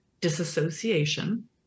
disassociation